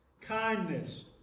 kindness